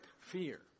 fear